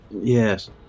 Yes